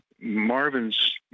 Marvin's